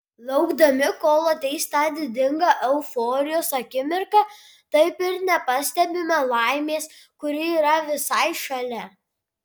laukdami kol ateis ta didinga euforijos akimirka taip ir nepastebime laimės kuri yra visai šalia